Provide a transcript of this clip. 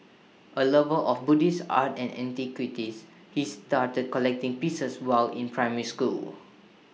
A lover of Buddhist art and antiquities he started collecting pieces while in primary school